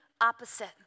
opposite